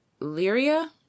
Lyria